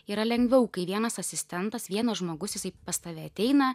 yra lengviau kai vienas asistentas vienas žmogus jisai pas tave ateina